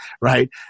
right